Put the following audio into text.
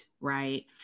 right